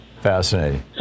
Fascinating